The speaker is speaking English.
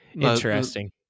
Interesting